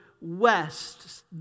west